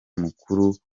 mukuru